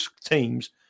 teams